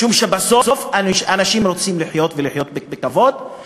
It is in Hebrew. משום שבסוף אנשים רוצים לחיות ולחיות בכבוד,